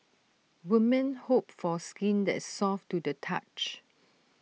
women hope for skin that is soft to the touch